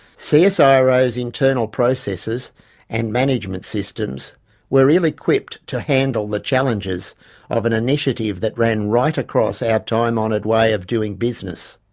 so csiro's internal processes and management systems were ill-equipped to handle the challenges of an initiative that ran right across our time-honoured way of doing business.